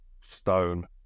stone